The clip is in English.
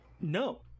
No